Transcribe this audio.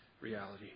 reality